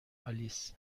آلیس